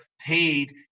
paid